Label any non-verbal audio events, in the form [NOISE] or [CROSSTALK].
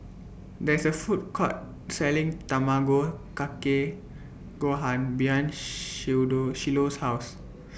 There IS A Food Court Selling Tamago Kake Gohan behind [UNINTELLIGIBLE] Shiloh's House